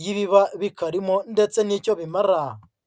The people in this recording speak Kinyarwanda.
y'ibiba bikarimo ndetse n'icyo bimara.